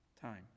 time